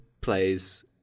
plays